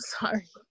sorry